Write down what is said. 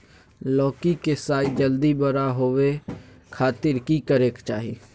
लौकी के साइज जल्दी बड़ा होबे खातिर की करे के चाही?